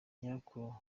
nyirakuru